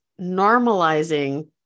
normalizing